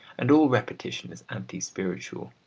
and all repetition is anti-spiritual.